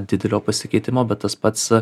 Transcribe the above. didelio pasikeitimo bet tas pats